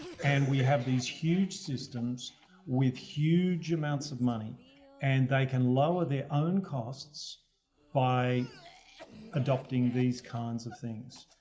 and we have these huge systems with huge amounts of money and they can lower their own costs by adopting these kinds of things.